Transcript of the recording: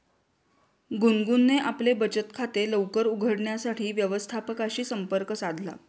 गुनगुनने आपले बचत खाते लवकर उघडण्यासाठी व्यवस्थापकाशी संपर्क साधला